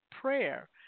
prayer